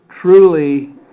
truly